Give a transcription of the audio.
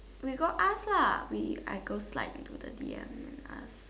we go ask lah we I go slight into the D_M ask